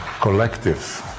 collective